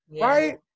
Right